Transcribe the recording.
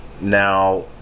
Now